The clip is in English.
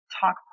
talk